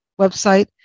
website